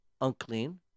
unclean